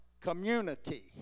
community